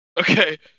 Okay